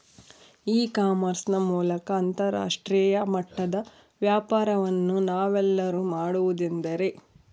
E commerce ನ ಮೂಲಕ ಅಂತರಾಷ್ಟ್ರೇಯ ಮಟ್ಟದ ವ್ಯಾಪಾರವನ್ನು ನಾವೆಲ್ಲರೂ ಮಾಡುವುದೆಂದರೆ?